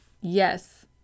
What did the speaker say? Yes